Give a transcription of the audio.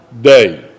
day